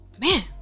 Man